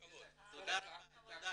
פנתה.